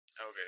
Okay